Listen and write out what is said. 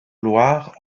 loire